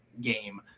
game